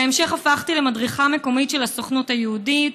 בהמשך הפכתי למדריכה מקומית של הסוכנות היהודית,